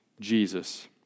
Jesus